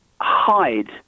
hide